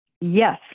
yes